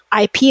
ip